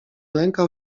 lękał